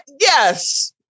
Yes